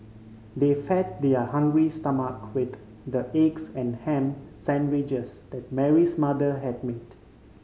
they fed their hungry stomach with the eggs and ham sandwiches Mary's mother had made